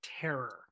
terror